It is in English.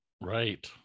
Right